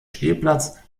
spielplatz